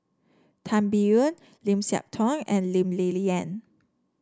Tan Biyun Lim Siah Tong and Lee Ling Yen